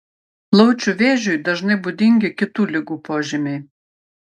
plaučių vėžiui dažnai būdingi kitų ligų požymiai